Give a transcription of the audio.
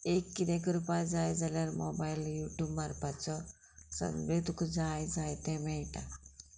एक किदें करपा जाय जाल्यार मोबायल यू ट्यूब मारपाचो सगळें तुका जाय जाय तें मेळटा